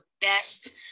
best